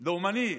לאומני.